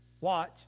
Watch